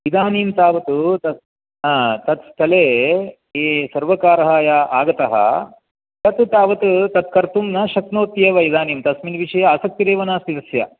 इदानीं तावत् तत् तत्स्थले यः सर्वकारः यः आगतः तत् तावत् तत् कर्तुं न शक्नोति एव इदानीं तस्मिन् विषये आसक्तिरेव नास्ति तस्य